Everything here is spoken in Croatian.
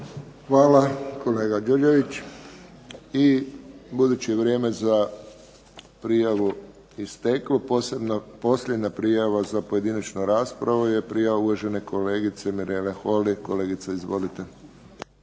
Hvala, kolega Đurđević. I budući je vrijeme za prijavu isteklo, posljednja prijava za pojedinačnu raspravu je prijava uvažene kolegice Mirele Holy. Kolegice, izvolite.